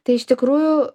tai iš tikrųjų